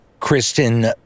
Kristen